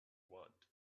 want